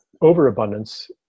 overabundance